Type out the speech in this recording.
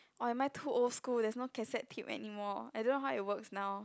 or am I too old school there is no cassette tip anymore I don't know how it works now